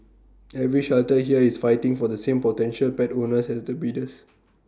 every shelter here is fighting for the same potential pet owners as the breeders